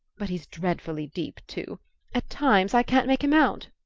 but he's dreadfully deep too at times i can't make him out.